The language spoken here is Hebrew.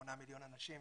שמונה מיליון אנשים,